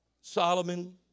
Solomon